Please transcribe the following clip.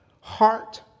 heart